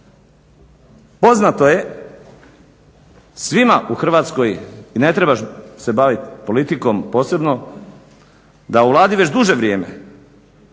Poznato je svima u Hrvatskoj i ne treba se baviti politikom posebno da u Vladi već duže vrijeme,